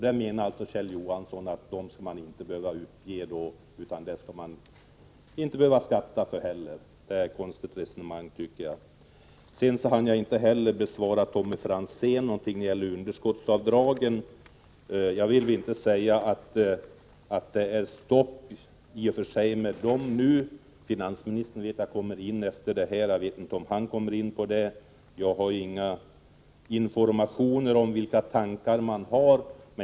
Det menar alltså Kjell Johansson att man inte behöver uppge och inte heller skatta för. Det tycker jag är ett konstigt resonemang. Sedan hann jag inte heller bemöta Tommy Franzén beträffande underskottsavdragen. Jag vill i och för sig inte säga att det nu blir stopp med dem. Finansministern kommer att tala efter mig. Jag vet inte om han kommer att ta upp detta. Jag har inga informationer om vilka tankar man har.